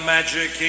Magic